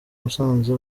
musanze